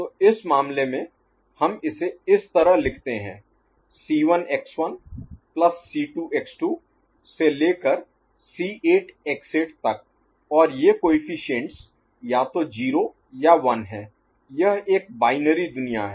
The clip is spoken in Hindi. तो इस मामले में हम इसे इस तरह लिखते हैं C1x1 प्लस C2x2 से लेकर C8x8 तक और ये कोएफ़िशिएंट्स Coefficients गुणांक या तो 0 या 1 हैं यह एक बाइनरी Binary द्विआधारी दुनिया है